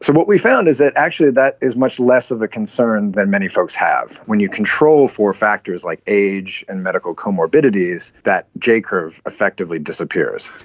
so what we found is that actually that is much less of a concern than many folks have. when you control for factors like age and medical comorbidities, that j-curve effectively disappears.